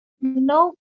no